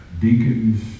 Deacons